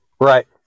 Right